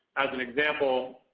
as an example,